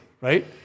Right